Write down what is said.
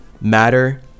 matter